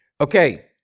Okay